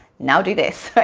now do this. but